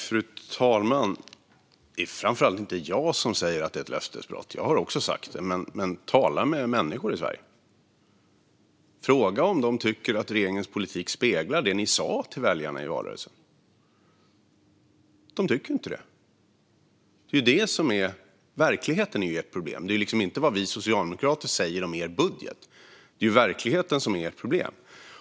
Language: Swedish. Fru talman! Det är inte främst jag som säger att det är ett löftesbrott. Jag har också sagt det. Men tala med människor i Sverige! Fråga om de tycker att regeringens politik speglar det man sa till väljarna i valrörelsen! Det tycker de inte. Det är verkligheten som är regeringens problem, inte vad vi socialdemokrater säger om deras budget. Det är verkligheten som är deras problem.